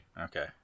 Okay